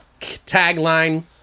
Tagline